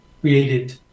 created